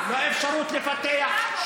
לא אפשרות לפתח,